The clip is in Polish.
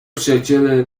przyjaciele